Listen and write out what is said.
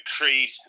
Creed